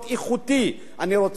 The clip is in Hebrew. אני רוצה להצטיין,